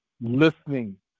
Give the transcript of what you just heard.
listening